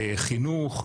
חינוך,